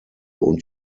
und